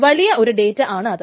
വലിയ ഒരു ഡേറ്റ ആണ് അത്